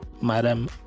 Madam